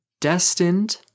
destined